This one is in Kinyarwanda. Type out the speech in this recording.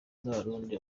z’abarundi